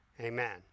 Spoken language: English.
Amen